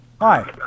Hi